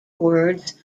words